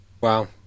Wow